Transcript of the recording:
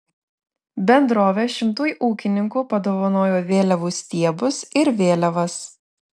bendrovė šimtui ūkininkų padovanojo vėliavų stiebus ir vėliavas